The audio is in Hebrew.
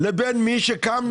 לבין מי שקם,